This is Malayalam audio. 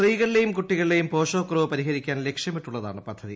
സ്ത്രീകളിലെയുംക്ടുട്ടികളിലെയും പോഷകകുറവ് പരിഹരിക്കാൻ ലക്ഷ്യമിട്ടുള്ളതാണ് പ്രദ്ധതി